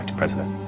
president.